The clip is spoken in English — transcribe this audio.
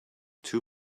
two